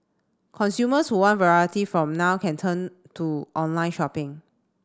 consumers who want variety from now can turn to online shopping